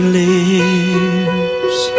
lives